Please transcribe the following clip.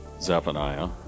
Zephaniah